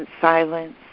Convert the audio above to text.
silence